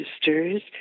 sisters